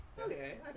Okay